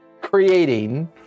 creating